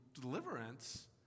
deliverance